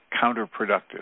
counterproductive